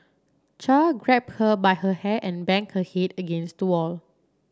char grabbed her by her hair and banged her head against the wall